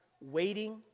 waiting